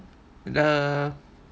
err